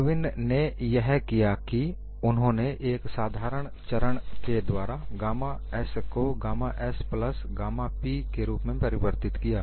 Irwin में यह किया कि उन्होंने एक साधारण चरण के द्वारा गामा s को gamma s plus gamma p के रूप में परिवर्तित किया